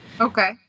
Okay